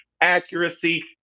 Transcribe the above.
accuracy